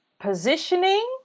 positioning